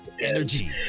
Energy